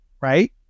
right